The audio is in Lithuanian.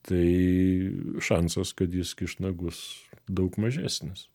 tai šansas kad jis kiš nagus daug mažesnis